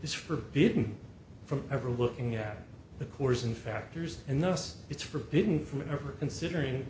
is forbidden from ever looking at the course and factors and thus it's forbidden from ever considering